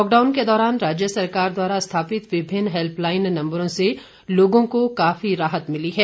lockdown के दौरान राज्य सरकार द्वारा स्थापित विभिन्न हैल्पलाईन नम्बरों से लोगों को काफी राहत मिली है